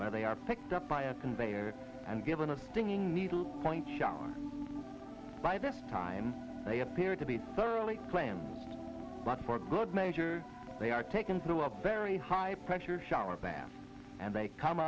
where they are picked up by a conveyor and given a stinging needle point shown by this time they appear to be thoroughly planned but for good measure they are taken through a very high pressure shower bath and they come